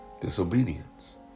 disobedience